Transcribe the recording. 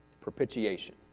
Propitiation